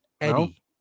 Eddie